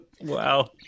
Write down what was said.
Wow